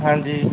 ਹਾਂਜੀ